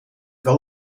wel